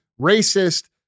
racist